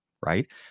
right